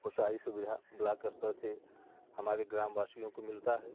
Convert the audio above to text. वो सारी सुविधा ब्लाक स्तर से हमारे ग्राम वासियों को मिलता है